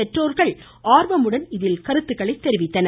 பெற்றோர்கள் ஆர்வமுடன் இதில் கருத்துக்களை தெரிவித்தனர்